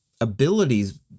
abilities